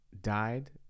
died